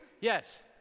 Yes